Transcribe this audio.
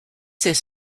this